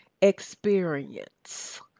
experience